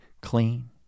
clean